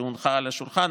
שהונחה על השולחן,